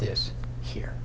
this here